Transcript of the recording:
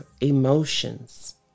emotions